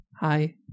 Hi